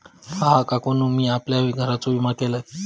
हा, काकानु मी आपल्या घराचो विमा केलंय